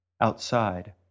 Outside